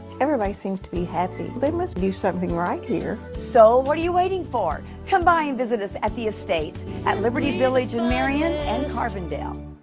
everybody seems to be happy. they must do something right here. so what are you waiting for? come by and visit us at the estates at liberty village in marion and carbondale.